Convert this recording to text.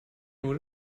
nur